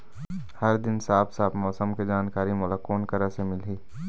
हर दिन के साफ साफ मौसम के जानकारी मोला कोन करा से मिलही?